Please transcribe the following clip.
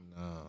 No